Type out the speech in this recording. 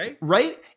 right